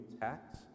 tax